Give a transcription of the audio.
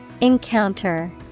Encounter